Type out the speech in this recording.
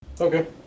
Okay